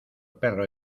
perro